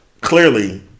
clearly